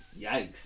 Yikes